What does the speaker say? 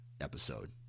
episode